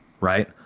Right